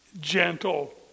gentle